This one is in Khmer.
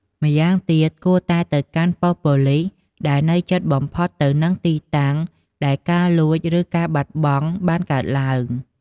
ម្យ៉ាងទៀត គួរតែទៅកាន់ប៉ុស្តិ៍ប៉ូលីសដែលនៅជិតបំផុតទៅនឹងទីតាំងដែលការលួច ឬការបាត់បង់បានកើតឡើង។